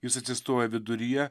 jis atsistoja viduryje